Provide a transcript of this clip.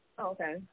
Okay